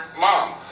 mom